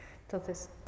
Entonces